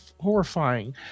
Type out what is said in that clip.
horrifying